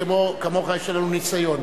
כמוך, יש לנו ניסיון.